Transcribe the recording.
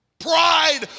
Pride